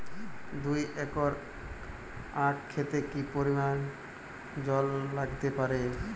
দুই একর আক ক্ষেতে কি পরিমান জল লাগতে পারে?